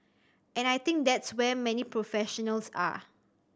and I think that's where many professionals are